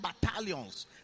battalions